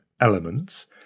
elements